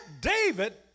David